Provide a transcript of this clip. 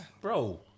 Bro